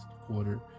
quarter